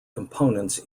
components